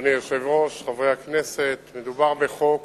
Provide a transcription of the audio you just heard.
אדוני היושב-ראש, חברי הכנסת, מדובר בחוק